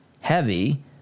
heavy